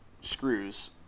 screws